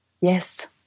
Yes